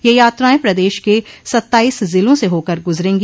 यह यात्रायें प्रदेश के सत्ताईस जिलों से होकर गुजरेगी